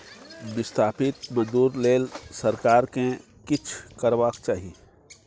बिस्थापित मजदूर लेल सरकार केँ किछ करबाक चाही